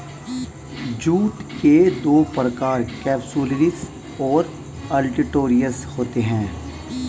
jute के दो प्रकार केपसुलरिस और ओलिटोरियस होते हैं